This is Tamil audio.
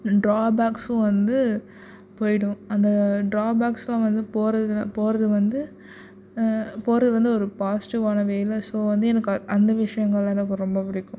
ட்ராபேக்ஸும் வந்து போயிடும் அந்த ட்ராபேக்ஸில் வந்து போகிறதுல போகிறது வந்து போகிறது வந்து ஒரு பாஸ்ட்டிவ்வான வேலை ஸோ வந்து எனக்கு அந்த விஷயங்கள் எனக்கு ரொம்ப பிடிக்கும்